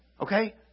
Okay